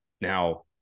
Now